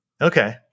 Okay